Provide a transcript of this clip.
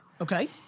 okay